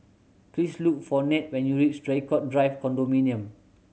please look for Ned when you reach Draycott Drive Condominium